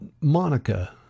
Monica